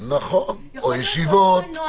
או ישיבות,